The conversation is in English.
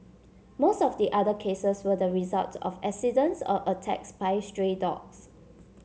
most of the other cases were the result of accidents or attacks by stray dogs